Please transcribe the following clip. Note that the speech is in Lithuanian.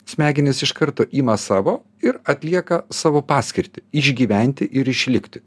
smegenys iš karto ima savo ir atlieka savo paskirtį išgyventi ir išlikti